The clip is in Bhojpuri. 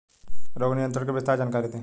रोग नियंत्रण के विस्तार जानकारी दी?